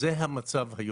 זה המצב היום.